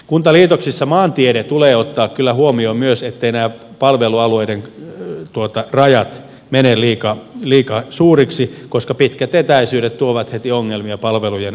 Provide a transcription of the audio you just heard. kuntaliitoksissa maantiede tulee ottaa kyllä huomioon myös etteivät nämä palvelualueiden rajat mene liika suuriksi koska pitkät etäisyydet tuovat heti ongelmia palvelujen saatavuuteen